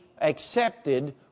accepted